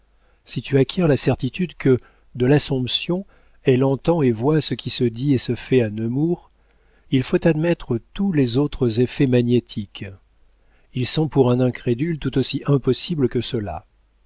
si tu acquiers la certitude que de l'assomption elle entend et voit ce qui se dit et se fait à nemours il faut admettre tous les autres effets magnétiques ils sont pour un incrédule tout aussi impossibles que